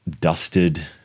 dusted